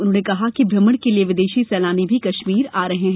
उन्होंने कहा कि भ्रमण के लिए विदेशी सैलानी भी कश्मीर आ रहे हैं